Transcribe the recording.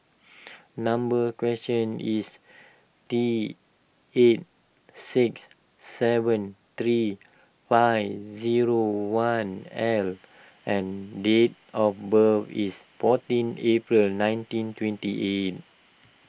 number question is T eight six seven three five zero one L and date of birth is fourteen April nineteen twenty eight